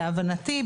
להבנתי,